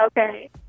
Okay